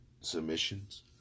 submissions